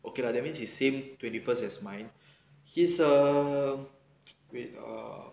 okay lah that means he same twenty first as mine he's err wait err